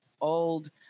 old